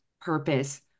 purpose